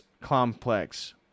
Complex